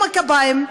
עם הקביים,